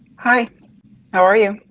hi how are you?